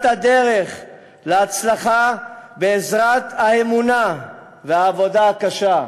הדרך להצלחה בעזרת האמונה והעבודה הקשה.